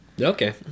Okay